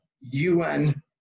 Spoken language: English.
UN